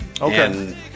Okay